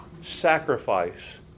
sacrifice